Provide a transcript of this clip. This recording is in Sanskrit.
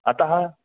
अतः